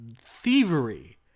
Thievery